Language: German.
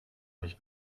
nicht